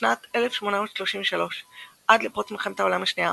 משנת 1833 עד לפרוץ מלחמת העולם השנייה,